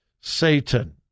Satan